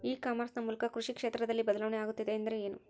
E commerce ನ ಮೂಲಕ ಕೃಷಿ ಕ್ಷೇತ್ರದಲ್ಲಿ ಬದಲಾವಣೆ ಆಗುತ್ತಿದೆ ಎಂದರೆ ಏನು?